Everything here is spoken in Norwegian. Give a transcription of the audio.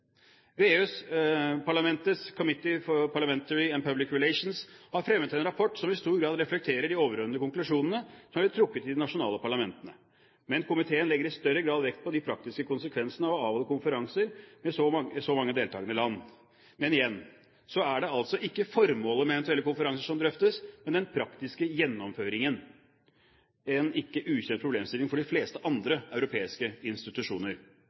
for Parliamentary and Public Relations har fremmet en rapport som i stor grad reflekterer de overordnede konklusjonene som er blitt trukket i de nasjonale parlamentene. Men komiteen legger i større grad vekt på de praktiske konsekvensene av å avholde konferanser med så mange deltagende land. Men igjen, det er altså ikke formålet med eventuelle konferanser som drøftes, men den praktiske gjennomføringen – en ikke ukjent problemstilling for de fleste andre europeiske institusjoner.